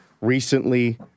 recently